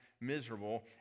miserable